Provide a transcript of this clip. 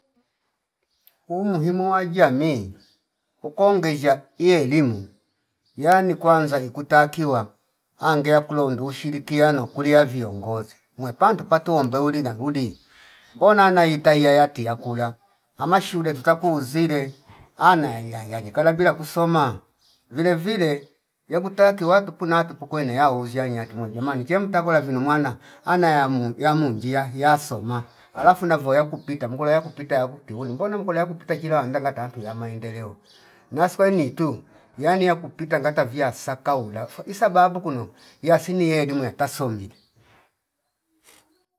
Umuhimu wa jamii uko ngezia iyelimu ya ni kwanza ikutakiwa angea kulo ndushirikiano kulia viongozi wepangi pato uombeuli nadudi mbona na ikaiyatia yakula ama shu. e tukakuzile ana yayaa yanji kala bila kusoma vilevile yebuta kiwa tupuna tupu kwene ya wuzia nyaki mwege mani chem takula vino mwana ana yamu yamunjia iyasoma alafu navo yakupita mungolo yakupita yakutuyui mbona mkole yakupita kilangala ngatantu ya maendeleo naswa nitu yani ya kupita ngata viasaka ulafa isababu kuno yasini elimu yapasongi